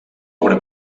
obra